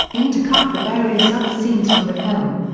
intercut with various other scenes from the film.